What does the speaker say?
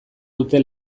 dute